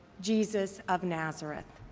jesus of nazareth.